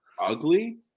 ugly